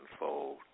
unfold